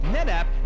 NetApp